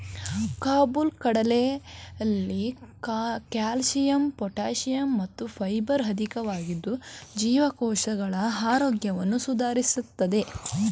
ಕಾಬುಲ್ ಕಡಲೆಲಿ calcium potassium ಮತ್ತು fibre ಅಧಿಕವಾಗಿದ್ದು ಜೀವಕೋಶಗಳ ಆರೋಗ್ಯವನ್ನು ಸುಧಾರಿಸ್ತದೆ